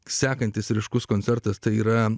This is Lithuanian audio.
sekantis ryškus koncertas tai yra